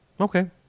okay